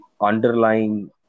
underlying